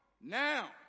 now